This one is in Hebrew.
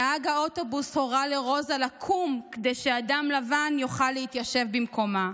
נהג האוטובוס הורה לרוזה לקום כדי שאדם לבן יוכל להתיישב במקומה.